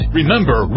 Remember